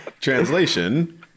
Translation